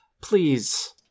Please